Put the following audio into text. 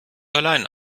allein